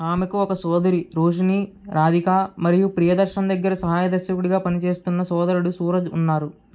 ఆమెకు ఒక సోదరి రోషిణి రాధిక మరియు ప్రియదర్షన్ దగ్గర సహాయ దర్శకుడుగా పని చేస్తున్న సోదరుడు సూరజ్ ఉన్నారు